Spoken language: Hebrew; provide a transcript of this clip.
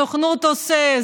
הסוכנות עושה,